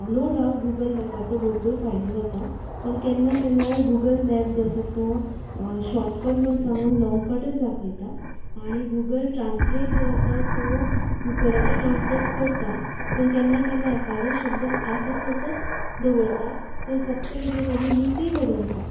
no doubt Google मेपाचो भरपूर फायदो जात पूण केन्ना केन्नाय गुगल मेप जो आसा तो शॉर्ट कट म्हूण सांगून लॉन्ग कट दाखयता आनी गुगल ट्रान्सलेट जो आसा तो गुगलाचेर ट्रांन्सलेट करता पूण केन्ना केन्ना एकादो शब्द आसा तसोच दवरता पूण फक्त कितें तेची लिपी बदलता